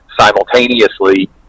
simultaneously